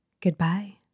Goodbye